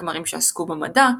והכמרים שעסקו במדע,